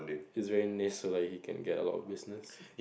is very niche so like you can get a lot of business